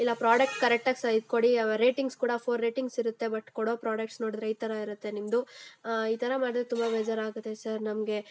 ಇಲ್ಲ ಪ್ರಾಡಕ್ಟ್ ಕರೆಕ್ಟಾಗಿ ಸೈ ಕೊಡಿ ರೇಟಿಂಗ್ಸ್ ಕೂಡ ಫೋರ್ ರೇಟಿಂಗ್ಸ್ ಇರುತ್ತೆ ಬಟ್ ಕೊಡೋ ಪ್ರಾಡಕ್ಟ್ಸ್ ನೋಡಿದ್ರೆ ಈ ಥರ ಇರುತ್ತೆ ನಿಮ್ಮದು ಈ ಥರ ಮಾಡಿದ್ರೆ ತುಂಬ ಬೇಜಾರಾಗುತ್ತೆ ಸರ್ ನಮಗೆ